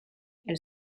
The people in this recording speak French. elle